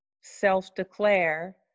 self-declare